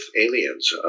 aliens